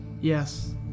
Yes